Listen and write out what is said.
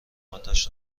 اتش